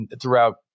throughout